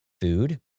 food